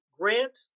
Grant